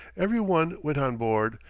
every one went on board,